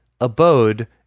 abode